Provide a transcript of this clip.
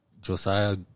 Josiah